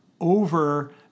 over